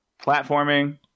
platforming